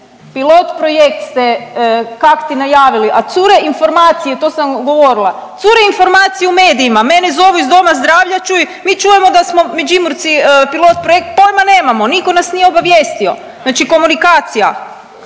pilot projekt ste kakti najavili, a cure informacije to sam govorima, cure informacije u medijima, mene zovu iz doma zdravlje čuj mi čujemo da smo Međimurci pilot projekt pojma nemamo, niko nas nije obavijestio. Znači komunikacija,